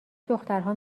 دخترها